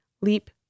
leap